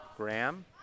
Graham